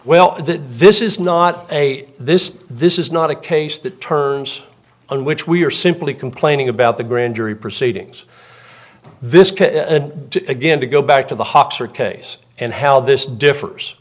well this is not a this this is not a case that turns on which we are simply complaining about the grand jury proceedings this case and again to go back to the hawks or case and how this differs